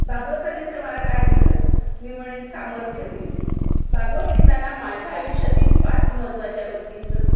भागवताने तर मला काय दिलं मी म्हणेन सामर्थ्य दिलं भागवत लिहिताना माझ्या आयुष्यातील पाच महत्त्वाच्या व्यक्तींचं